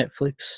Netflix